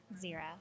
Zero